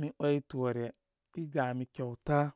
mi avay toore, i gami kyauta.